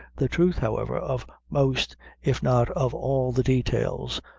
the truth, however, of most if not of all the details,